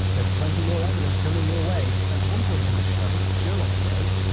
there's plenty more evidence coming your way. at one point in the show sherlock says,